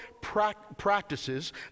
practices